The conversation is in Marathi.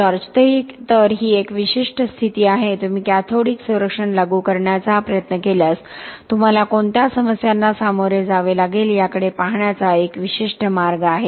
जॉर्ज तर ही एक विशिष्ट स्थिती आहे तुम्ही कॅथोडिक संरक्षण लागू करण्याचा प्रयत्न केल्यास तुम्हाला कोणत्या समस्यांना सामोरे जावे लागेल याकडे पाहण्याचा एक विशिष्ट मार्ग आहे